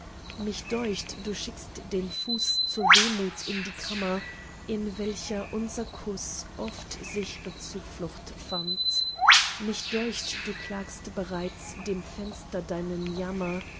mich deucht du schickst den fuß zur wehmut in die kammer in welcher unser kuß oft sichre zuflucht fand mich deucht du klagst bereits dem fenster deinen jammer